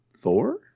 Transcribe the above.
Thor